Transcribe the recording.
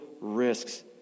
risks